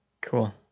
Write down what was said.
cool